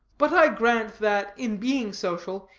but grant that, in being social,